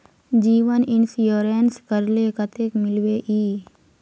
जीवन इंश्योरेंस करले कतेक मिलबे ई?